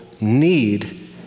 need